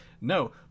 no